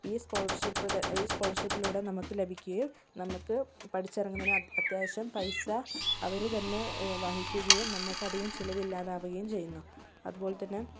ഈ സ്കോളർഷിപ്പ് ഈ സ്കോളർഷിപ്പിലൂടെ നമുക്ക് ലഭിക്കുകയും നമുക്ക് പഠിച്ചിറങ്ങുന്നതിനുള്ള അത്യാവശ്യം പൈസ അവര് തന്നെ വഹിക്കുകയും നമക്ക് അതികം ചിലവില്ലാതാകുകയും ചെയ്യുന്നു അതുപോലെ തന്നെ